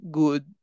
good